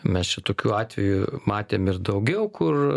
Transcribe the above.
mes čia tokių atvejų matėm ir daugiau kur